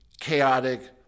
chaotic